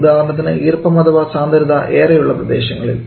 ഉദാഹരണത്തിന് ഈർപ്പം അഥവാ സാന്ദ്രത ഏറെയുള്ള പ്രദേശങ്ങളിൽ